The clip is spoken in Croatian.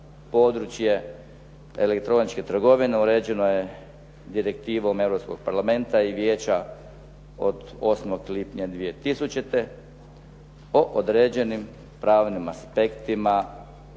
područje elektroničke trgovine uređeno je Direktivom Europskog parlamenta i vijeća od 8. lipnja 2000. o određenim pravnim aspektima